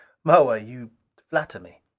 moa, you flatter me.